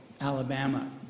alabama